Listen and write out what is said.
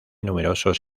numerosos